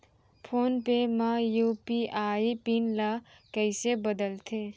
Phone पे म UPI PIN ल कइसे बदलथे?